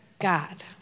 God